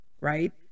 right